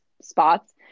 spots